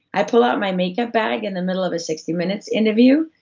i pull out my make-up bag in the middle of a sixty minutes interview,